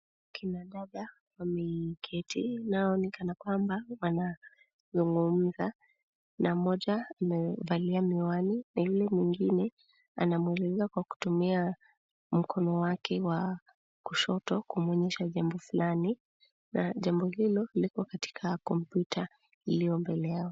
Kina dada wameketi na ni kana kwamba wanazungumza na mmoja amevalia miwani na yule mwingine anamuelezea kwa kutumia mkono wake wa kushoto kumwonyesha jambo fulani na jambo hilo liko katika kompyuta iliyo mbele yao.